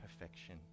perfection